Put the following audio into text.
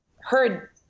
heard